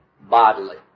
bodily